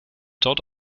dort